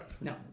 No